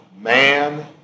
man